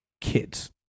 Kids